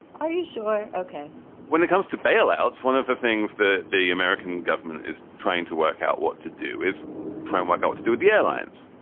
are you sure? ok when it comes to bailouts, one of the things that the american government is trying to work out what to do is try and work out what to do with the airlines.